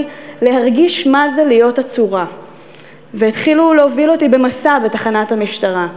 להרגיש מה זה להיות עצורה והתחילו להוביל אותי במסע בתחנת המשטרה,